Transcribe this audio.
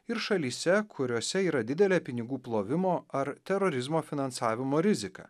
ir šalyse kuriose yra didelė pinigų plovimo ar terorizmo finansavimo rizika